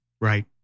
Right